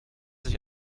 sich